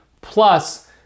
plus